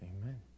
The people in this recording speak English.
Amen